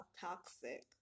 toxic